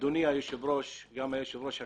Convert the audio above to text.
אדוני היושב ראש, גם היושב ראש הקודם,